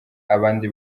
abandi